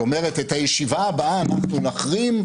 שאומרת: את הישיבה הבאה אנחנו נחרים,